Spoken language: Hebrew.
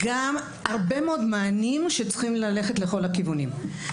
גם הרבה מאוד מענים שצריכים ללכת לכל הכיוונים.